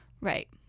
Right